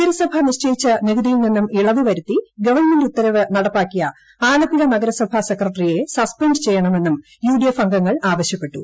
നഗരസഭ നിശ്ചയിച്ച നികുതിയിൽ നിന്നും ഇളവ് വരുത്തി ഗവൺമെന്റ് ഉത്തരവ് നടപ്പാക്കിയ ആലപ്പുഴ നഗരസഭാ സെക്രട്ടറിയെ സസ്പെൻഡ് ചെയ്യണമെന്നും യുഡിഎഫ് അംഗങ്ങൾ ആവശ്യപ്പെട്ടു